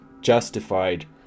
justified